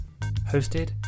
hosted